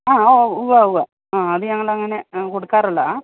ആ ഉവ്വ് ഉവ്വ് അത് ഞങ്ങൾ അങ്ങനെ കൊടുക്കാറുള്ളതാണ്